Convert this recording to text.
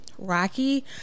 Rocky